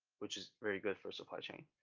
which is very good for supply chain.